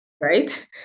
right